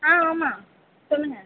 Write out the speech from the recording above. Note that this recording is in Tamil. ஆ ஆமாம் சொல்லுங்கள்